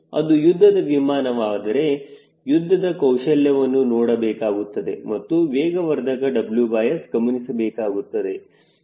ಅದು ಯುದ್ಧದ ವಿಮಾನ ವಾದರೆ ಯುದ್ಧದ ಕೌಶಲ್ಯವನ್ನು ನೋಡಬೇಕಾಗುತ್ತದೆ ಮತ್ತು ವೇಗವರ್ಧಕ WS ಗಮನಿಸಬೇಕಾಗುತ್ತದೆ